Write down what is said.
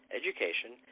education